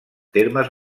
termes